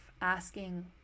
asking